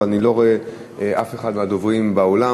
אבל אני לא רואה אף אחד מהדוברים באולם,